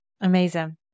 Amazing